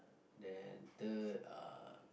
then third uh